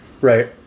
Right